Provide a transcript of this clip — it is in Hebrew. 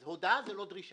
אז הודעה זה לא דרישה.